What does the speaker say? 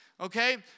Okay